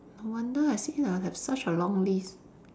no wonder I see a have such a long list